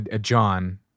John